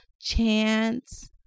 chance